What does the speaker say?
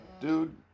dude